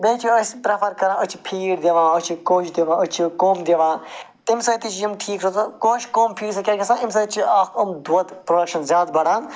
بیٚیہِ چھِ أسۍ پرٛٮ۪فَر کران أسۍ چھِ فیٖڈ دِوان أسۍ چھِ کوٚش دِوان أسۍ چھِ کوٚم دِوان تَمہِ سۭتۍ تہِ چھِ یِم ٹھیٖک روزان کوٚش کوٚم فیٖڈ سۭتۍ کیٛاہ چھِ گَژھان اَمہِ سۭتۍ چھِ اکھ یِم دۄد پرٛوڈَکشَن زیادٕ بَڑان